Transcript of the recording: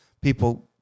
people